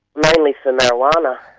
mainly for marijuana.